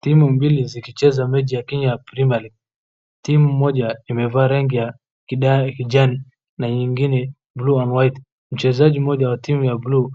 Timu mbili zikicheza mechi ya Kenya ya premier league .Timu moja imevaa rangi ya kijani na nyingine bluu ama white . Mchezaji moja wa timu ya bluu